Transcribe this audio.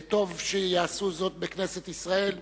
טוב שיעשו זאת בכנסת ישראל,